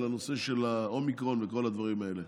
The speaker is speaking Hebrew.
הנושא של האומיקרון וכל הדברים האלה.